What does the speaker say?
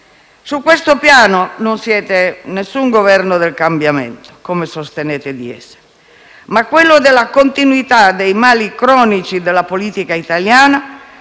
Su questo piano, non siete il Governo del cambiamento, come sostenete di essere, ma quello della continuità dei mali cronici della politica italiana,